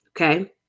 okay